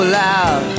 loud